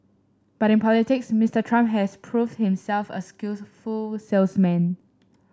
but in politics Mister Trump has proved himself a skillful salesman